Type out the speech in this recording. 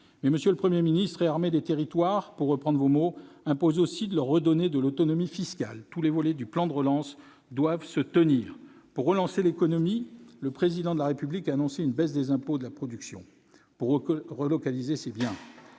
monsieur le Premier ministre, « réarmer les territoires », pour reprendre vos mots, impose aussi de leur redonner de l'autonomie fiscale. Tous les volets du plan de relance doivent se tenir. Pour relancer l'économie, le Président de la République a annoncé une baisse des impôts de production. Dès lors qu'il s'agit de